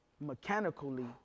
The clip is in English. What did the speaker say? mechanically